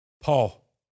Paul